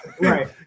Right